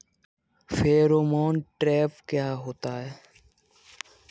Pheromone trap क्या होता है?